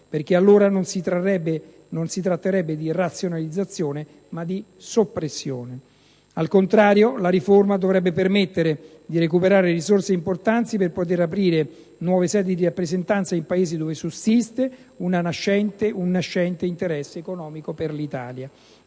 perché allora non si tratterebbe di razionalizzazione, ma di soppressione. Al contrario, la riforma dovrebbe permettere di recuperare risorse importanti per poter aprire nuove sedi di rappresentanza nei Paesi dove sussiste un nascente interesse economico per l'Italia;